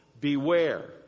beware